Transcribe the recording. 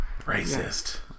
racist